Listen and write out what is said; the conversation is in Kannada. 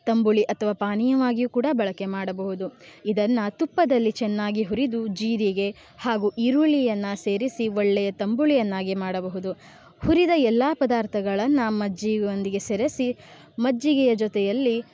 ತಂಬುಳಿ ಅಥವಾ ಪಾನೀಯವಾಗಿಯೂ ಕೂಡ ಬಳಕೆ ಮಾಡಬಹುದು ಇದನ್ನು ತುಪ್ಪದಲ್ಲಿ ಚೆನ್ನಾಗಿ ಹುರಿದು ಜೀರಿಗೆ ಹಾಗೂ ಈರುಳ್ಳಿಯನ್ನು ಸೇರಿಸಿ ಒಳ್ಳೆಯ ತಂಬುಳಿಯನ್ನಾಗಿ ಮಾಡಬಹುದು ಹುರಿದ ಎಲ್ಲ ಪದಾರ್ಥಗಳನ್ನು ಮಜ್ಜಿಗೆಯೊಂದಿಗೆ ಸೇರಿಸಿ ಮಜ್ಜಿಗೆಯ ಜೊತೆಯಲ್ಲಿ